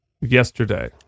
Yesterday